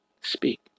speak